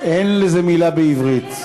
אין לזה מילה בעברית.